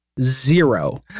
zero